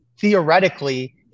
theoretically